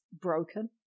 broken